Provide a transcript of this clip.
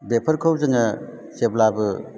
बेफोरखौ जोङो जेब्लाबो